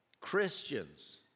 Christians